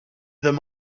them